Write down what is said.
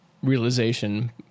realization